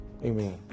Amen